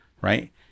right